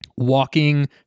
walking